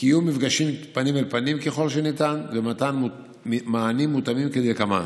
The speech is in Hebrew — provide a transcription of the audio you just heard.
וקיום מפגשים פנים אל פנים ככל שניתן למתן מענים מותאמים כדלקמן: